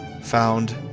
Found